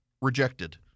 rejected